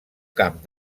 camp